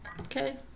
Okay